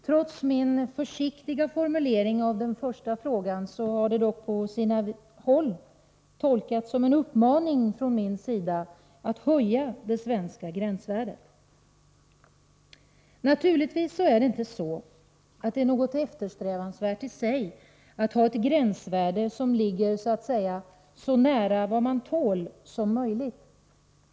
Trots min försiktiga formulering av den första frågan har frågan dock på sina håll tolkats som en uppmaning från min sida att höja det svenska gränsvärdet. Naturligtvis är det inte något eftersträvansvärt i sig att ha ett gränsvärde som ligger så nära som möjligt vad man tål.